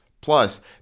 Plus